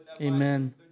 Amen